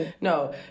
no